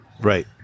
Right